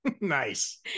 Nice